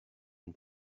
une